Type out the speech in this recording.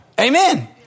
Amen